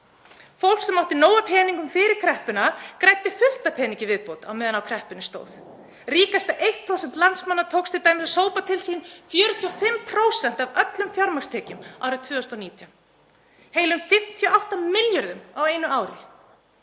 Fólk sem átti nóg af peningum fyrir kreppuna græddi fullt af pening í viðbót meðan á kreppunni stóð. Ríkasta 1% landsmanna tókst t.d. að sópa til sín 45% af öllum fjármagnstekjum árið 2019, heilum 58 milljörðum á einu ári.